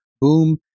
Boom